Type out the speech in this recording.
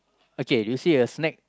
okay you see a snack